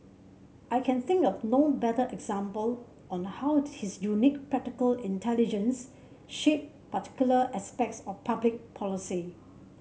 I can think of no better example on how his unique practical intelligence shaped particular aspects of public policy